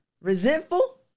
resentful